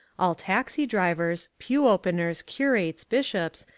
all taxi-drivers, pew-openers, curates, bishops,